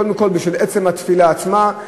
קודם כול בשביל עצם התפילה עצמה,